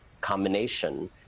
combination